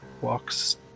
walks